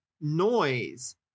noise